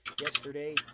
yesterday